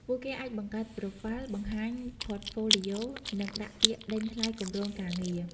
ពួកគេអាចបង្កើត Profile បង្ហាញ Portfolio និងដាក់ពាក្យដេញថ្លៃគម្រោងការងារ។